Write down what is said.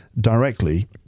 directly